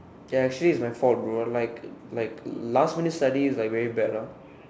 ya actually is my fault bro like like last minute study is like very bad lah